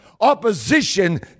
opposition